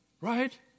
right